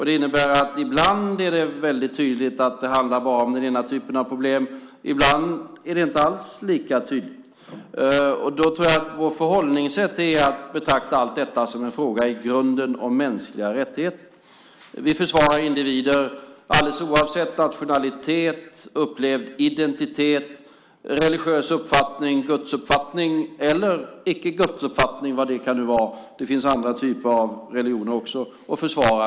Det innebär att det ibland är väldigt tydligt att det bara handlar om den ena typen av problem, medan det ibland inte alls är lika tydligt. Vårt förhållningssätt är att i grunden betrakta allt detta som en fråga om mänskliga rättigheter. Vi försvarar alla individer, alldeles oavsett nationalitet, upplevd identitet, religiös uppfattning, gudsuppfattning eller "icke-gudsuppfattning", vad nu det kan vara - det finns andra typer av religioner också.